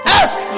ask